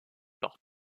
par